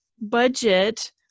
budget